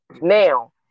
now